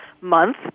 month